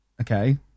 okay